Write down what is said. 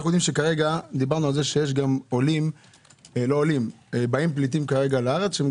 דיברנו על כך שבאים לארץ פליטים,